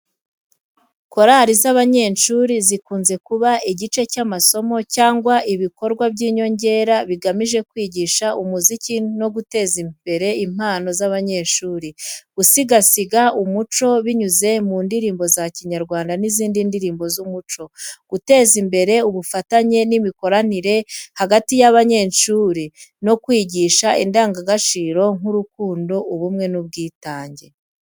Korali z'abanyeshuri zikunze kuba igice cy'amasomo cyangwa ibikorwa by'inyongera bigamije kwigisha umuziki no guteza imbere impano z'abanyeshuri, gusigasira umuco binyuze mu ndirimbo za Kinyarwanda n'izindi ndirimbo z'umuco, guteza imbere ubufatanye n'imikoranire hagati y'abanyeshuri no kwigisha indangagaciro nk'urukundo, ubumwe n'ubwitange.